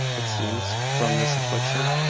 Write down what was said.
it seems, from this affliction.